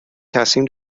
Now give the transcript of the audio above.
تصمیم